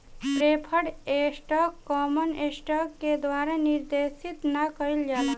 preferred stock common stock के द्वारा निर्देशित ना कइल जाला